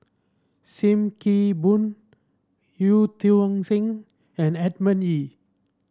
Sim Kee Boon Eu Tiong Sen and Edmund Ee